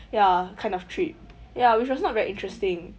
ya kind of trip ya which was not very interesting